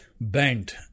bent